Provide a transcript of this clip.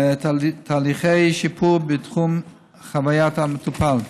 תהליכי שיפור בתחום חוויית המטופל,